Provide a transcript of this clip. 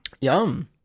Yum